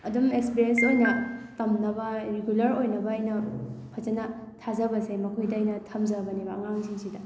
ꯑꯗꯨꯝ ꯑꯦꯛꯁꯄꯤꯔꯤꯌꯦꯟꯁ ꯑꯣꯏꯅ ꯇꯝꯅꯕ ꯔꯤꯒꯨꯂꯔ ꯑꯣꯏꯅꯕ ꯑꯩꯅ ꯐꯖꯅ ꯊꯥꯖꯕꯁꯦ ꯃꯈꯣꯏꯗ ꯑꯩꯅ ꯊꯝꯖꯕꯅꯦꯕ ꯑꯉꯥꯡꯁꯤꯡꯁꯤꯗ